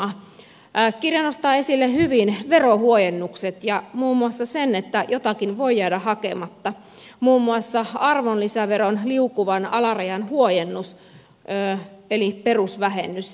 kirja nostaa esille hyvin verohuojennukset ja muun muassa sen että jotakin voi jäädä hakematta muun muassa arvonlisäveron liukuvan alarajan huojennus eli perusvähennys